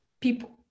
People